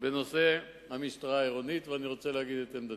בנושא המשטרה העירונית, ואני רוצה להגיד את עמדתי.